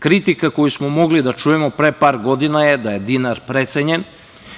Kritika koju smo mogli da čujemo pre par godina je da je dinar precenjen